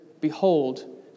Behold